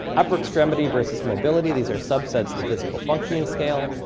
upper extremity versus mobility, these are subsets of physical functioning scale,